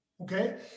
Okay